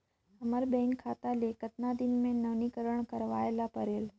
हमर बैंक खाता ले कतना दिन मे नवीनीकरण करवाय ला परेल?